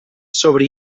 sobre